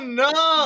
no